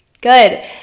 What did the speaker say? Good